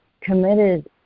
committed